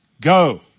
Go